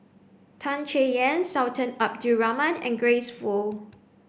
Tan Chay Yan Sultan Abdul Rahman and Grace Fu